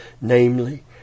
namely